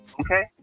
okay